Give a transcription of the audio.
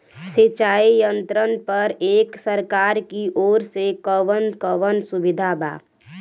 सिंचाई यंत्रन पर एक सरकार की ओर से कवन कवन सुविधा बा?